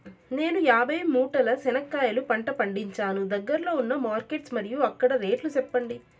నేను యాభై మూటల చెనక్కాయ పంట పండించాను దగ్గర్లో ఉన్న మార్కెట్స్ మరియు అక్కడ రేట్లు చెప్పండి?